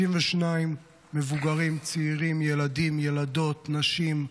62 מבוגרים, צעירים, ילדים, ילדות, נשים,